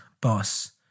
boss